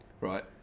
right